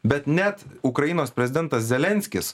bet net ukrainos prezidentas zelenskis